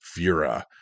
Fura